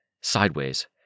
Sideways